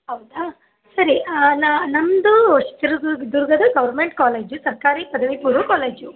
ಹೌದಾ ಸರಿ ನಮ್ಮದು ಚಿತ್ರದುರ್ ದುರ್ಗದ ಗೌರ್ಮೆಂಟ್ ಕಾಲೇಜು ಸರ್ಕಾರಿ ಪದವಿ ಪೂರ್ವ ಕಾಲೇಜು